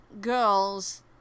girls